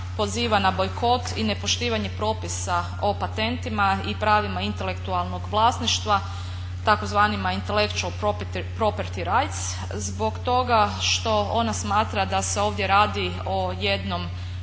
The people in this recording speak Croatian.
na bojkot i nepoštivanje propisa o patentima i pravima intelektualnog vlasništva tzv. intelectual property rights zbog toga što ona smatra da se ovdje radi o jednom